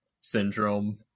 syndrome